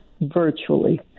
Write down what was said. virtually